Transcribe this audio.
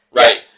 right